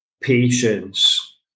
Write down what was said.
patience